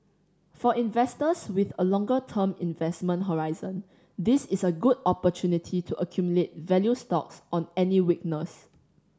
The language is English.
for investors with a longer term investment horizon this is a good opportunity to accumulate value stocks on any weakness